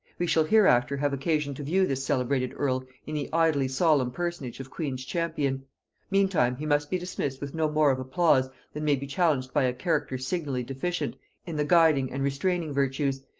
we shall hereafter have occasion to view this celebrated earl in the idly-solemn personage of queen's champion meantime, he must be dismissed with no more of applause than may be challenged by a character signally deficient in the guiding and restraining virtues,